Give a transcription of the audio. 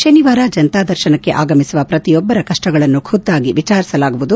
ಶನಿವಾರ ಜನತಾ ದರ್ಶನಕ್ಕೆ ಆಗಮಿಸುವ ಪ್ರತಿಯೊಬ್ಬರ ಕಪ್ಪಗಳನ್ನು ಖುದ್ದಾಗಿ ವಿಚಾರಿಸಲಾಗುವುದು